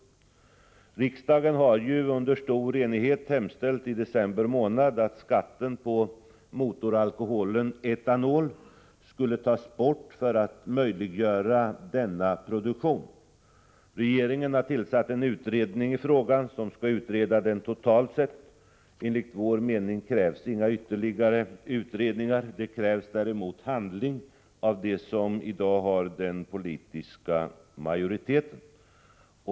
Riksdagen hemställde ju i december månad under stor enighet att skatten på motoralkoholen etanol skulle tas bort för att möjliggöra denna produktion. Regeringen har tillsatt en utredning som skall utreda frågan totalt sett. Enligt vår mening krävs inga ytterligare utredningar — det krävs däremot handling av dem som i dag har den politiska majoriteten.